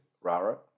Rara